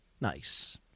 Nice